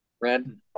Red